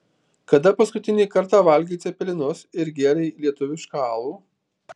kada paskutinį kartą valgei cepelinus ir gėrei lietuvišką alų